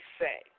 say